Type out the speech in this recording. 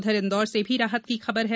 उधर इंदौर से भी राहत की खबर है